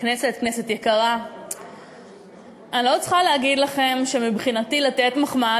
אני לא צריכה להגיד לכם שמבחינתי לתת מחמאה